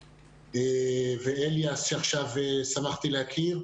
ואליאס שעכשיו שמחתי להכיר,